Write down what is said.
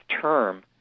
term